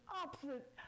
opposite